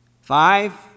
Five